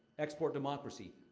export democracy.